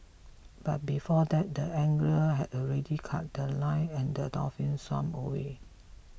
but before that the angler had already cut The Line and the dolphin swam away